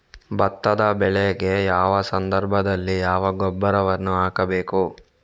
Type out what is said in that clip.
ಭತ್ತದ ಬೆಳೆಗೆ ಯಾವ ಸಂದರ್ಭದಲ್ಲಿ ಯಾವ ಗೊಬ್ಬರವನ್ನು ಹಾಕಬೇಕು?